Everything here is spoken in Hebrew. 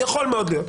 יכול מאוד להיות,